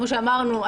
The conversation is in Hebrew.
כמו שאמרנו,